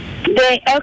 Okay